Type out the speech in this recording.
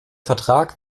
vertrag